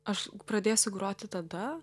aš pradėsiu groti tada